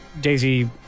Daisy